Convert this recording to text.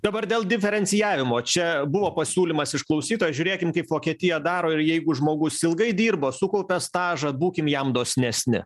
dabar dėl diferencijavimo čia buvo pasiūlymas iš klausytojo žiūrėkim kaip vokietija daro ir jeigu žmogus ilgai dirbo sukaupė stažą būkim jam dosnesni